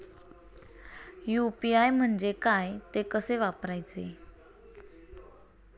UPI म्हणजे काय, ते कसे वापरायचे?